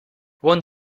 one